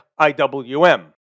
IWM